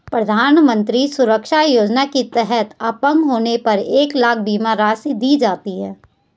प्रधानमंत्री सुरक्षा योजना के तहत अपंग होने पर एक लाख बीमा राशि दी जाती है